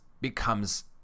becomes